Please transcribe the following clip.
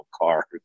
car